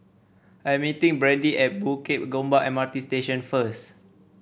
I'm meeting Brandy at Bukit Gombak M R T Station first